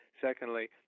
Secondly